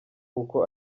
uko